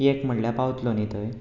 एक म्हणल्यार पावतलो न्ही थंय